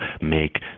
make